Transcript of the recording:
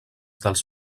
dels